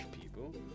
people